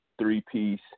three-piece